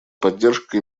поддержка